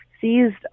seized